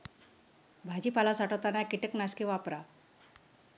भाजीपाला साठवताना कीटकनाशके वापरा